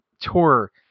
tour